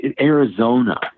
Arizona